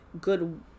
good